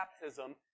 baptism